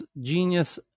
genius